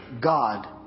God